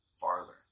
farther